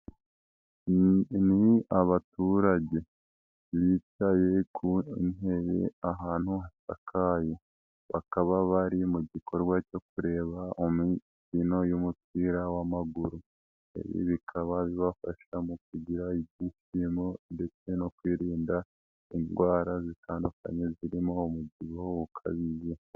Ni abaturage bicaye ku ntebe ahantu hasakaye bakaba bari mu gikorwa cyo kureba imikino y'umupira w'amaguru, ibi bikaba bibafasha mu kugira ibyishimo ndetse no kwirinda indwara zitandukanye zirimo umubyibuho ukabije.